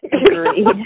Agreed